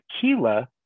tequila